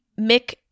Mick